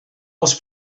als